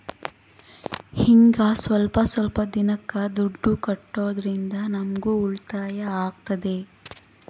ಹಿಂಗ ಸ್ವಲ್ಪ ಸ್ವಲ್ಪ ದಿನಕ್ಕ ದುಡ್ಡು ಕಟ್ಟೋದ್ರಿಂದ ನಮ್ಗೂ ಉಳಿತಾಯ ಆಗ್ತದೆ